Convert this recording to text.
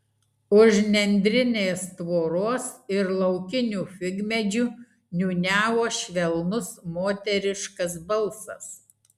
už nendrinės tvoros ir laukinių figmedžių niūniavo švelnus moteriškas balsas